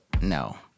no